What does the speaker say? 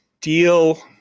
deal